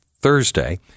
Thursday